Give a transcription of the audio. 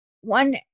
one